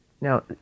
Now